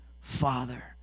Father